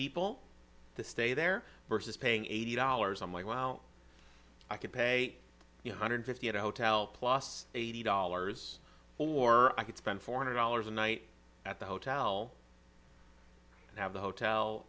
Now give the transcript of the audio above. people to stay there versus paying eighty dollars i'm like wow i could pay you know hundred fifty at a hotel plus eighty dollars or i could spend four hundred dollars a night at the hotel and have the hotel